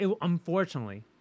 unfortunately